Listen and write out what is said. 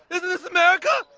isn't this america?